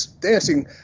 Dancing